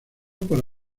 para